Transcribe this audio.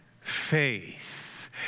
faith